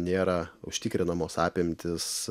nėra užtikrinamos apimtys